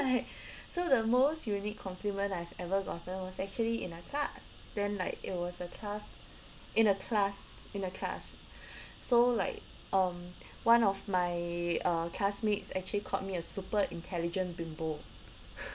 right so the most unique complement I've ever gotten was actually in a class then like it was a class in a class in a class so like um one of my uh classmates actually called me a super intelligent bimbo